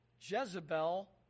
Jezebel